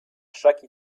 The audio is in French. chaque